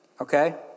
Okay